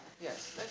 yes